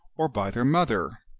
or by their mother,